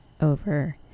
over